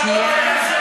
שנייה.